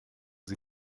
sie